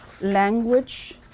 language